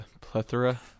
plethora